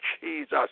Jesus